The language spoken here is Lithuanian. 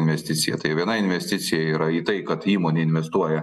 investicija tai viena investicija yra į tai kad įmonė investuoja